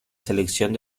selección